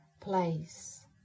place